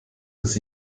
das